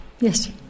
Yes